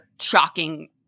shocking